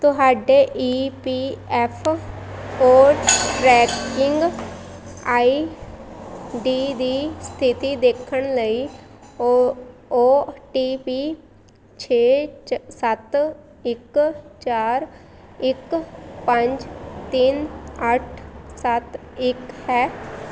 ਤੁਹਾਡੇ E P F O tracking I D ਦੀ ਸਥਿਤੀ ਦੇਖਣ ਲਈ ਓ ਓ ਟੀ ਪੀ ਛੇ ਸੱਤ ਇੱਕ ਚਾਰ ਇੱਕ ਪੰਜ ਤਿੰਨ ਅੱਠ ਸੱਤ ਇੱਕ ਹੈ